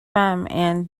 and